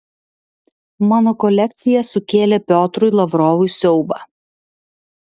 mano kolekcija sukėlė piotrui lavrovui siaubą